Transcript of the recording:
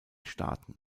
staaten